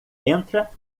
entra